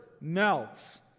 melts